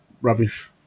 rubbish